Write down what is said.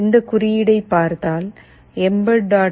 இந்த குறியீடை பார்த்தால் எம்பெட்